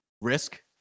Risk